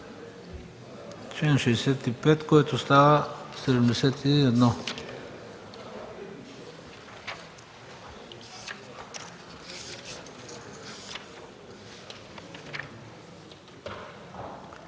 65, който става чл.